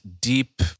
deep